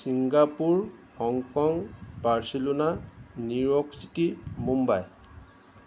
Singapore Hong Kong Barcelona New York City Mumbai